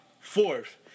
fourth